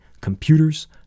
computers